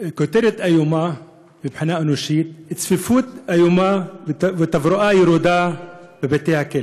כותרת איומה מבחינה אנושית: "צפיפות איומה ותברואה ירודה בבתי-הכלא".